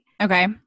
Okay